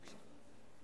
בבקשה.